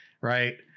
right